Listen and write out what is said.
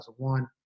2001